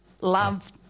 love